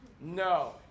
No